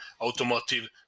automotive